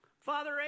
Father